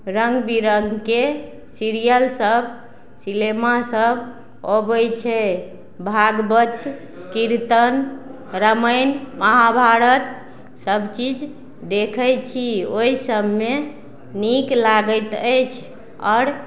रङ्ग बिरङ्गके सीरियल सभ सिनेमासब अबय छै भागवत कीर्तन रामायण महाभारत सभचीज देखय छी ओइ सभमे नीक लागैत अछि आओर